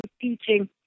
teaching